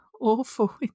awful